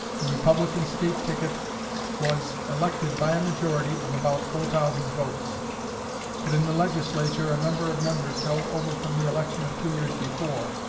the republican state ticket was elected by a majority of about four thousand votes but in the legislature a number of members held over from the election of two years before,